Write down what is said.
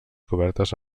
cobertes